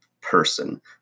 person